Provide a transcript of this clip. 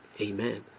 Amen